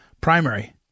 primary